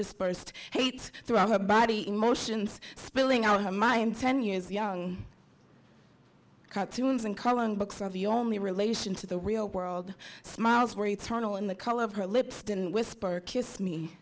dispersed hate through i'm a body emotions spilling out of her mind ten years young cartoons and coloring books are the only relation to the real world smiles more eternal in the color of her lips didn't whisper kiss me